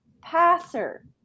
passer